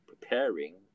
preparing